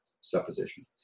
supposition